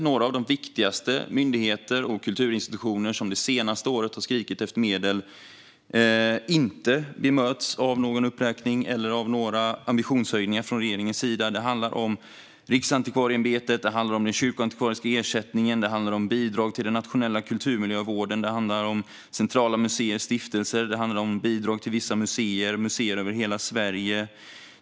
Några av de viktigaste myndigheterna och kulturinstitutionerna, som under det senaste året skrikit efter medel, möts varken av uppräkning eller av ambitionshöjning från regeringen. Det handlar om Riksantikvarieämbetet, den kyrkoantikvariska ersättningen och bidrag till den nationella kulturmiljövården. Det handlar om centrala museer och stiftelser samt bidrag till vissa museer och museer över hela Sverige.